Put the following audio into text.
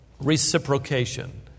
reciprocation